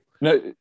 No